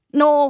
no